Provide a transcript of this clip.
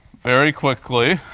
very quickly,